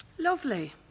Lovely